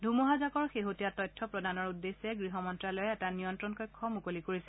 ধুমুহাজাকৰ শেহতীয়া তথ্য প্ৰদানৰ উদ্দেশ্যে গহ মন্ন্যালয়ে এটা নিয়ন্ত্ৰণ কক্ষ মুকলি কৰিছে